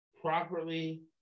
properly